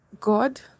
God